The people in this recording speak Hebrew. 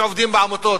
שעובדים בעמותות.